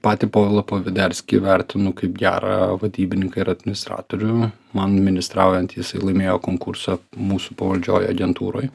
patį povilą poderskį vertinu kaip gerą vadybininką ir administratorių man ministraujant jisai laimėjo konkursą mūsų pavaldžioj agentūroj